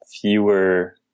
fewer